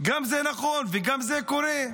גם זה נכון וגם זה קורה.